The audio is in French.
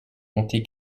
monter